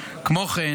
אני מקשיב,